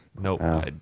nope